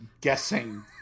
guessing